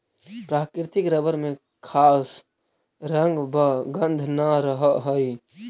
प्राकृतिक रबर में खास रंग व गन्ध न रहऽ हइ